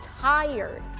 tired